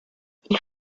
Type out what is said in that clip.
ils